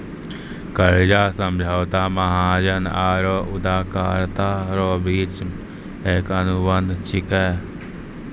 कर्जा समझौता महाजन आरो उदारकरता रो बिच मे एक अनुबंध छिकै